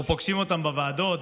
אנחנו פוגשים אותם בוועדות.